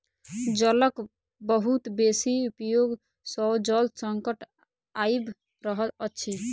जलक बहुत बेसी उपयोग सॅ जल संकट आइब रहल अछि